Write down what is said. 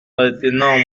retenant